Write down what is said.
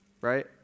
Right